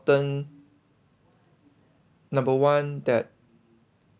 important number one that